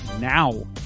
now